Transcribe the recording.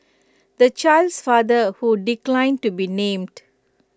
the child's father who declined to be named